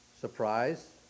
Surprise